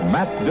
Matt